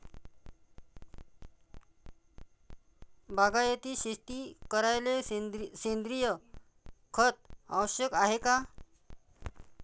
बागायती शेती करायले सेंद्रिय खत आवश्यक हाये का?